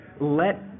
let